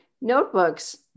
notebooks